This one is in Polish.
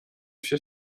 się